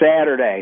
Saturday